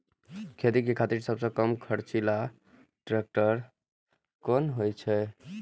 खेती के खातिर सबसे कम खर्चीला ट्रेक्टर कोन होई छै?